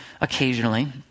occasionally